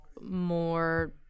more